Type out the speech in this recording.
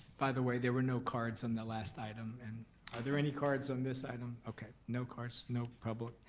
by the way, there were no cards on the last item. and are there any cards on this item? okay, no cards, no public.